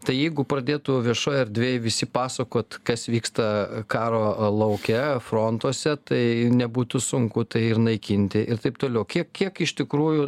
tai jeigu pradėtų viešoj erdvėj visi pasakot kas vyksta karo lauke frontuose tai nebūtų sunku tai ir naikinti ir taip toliau kiek kiek iš tikrųjų